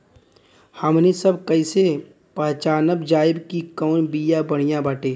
हमनी सभ कईसे पहचानब जाइब की कवन बिया बढ़ियां बाटे?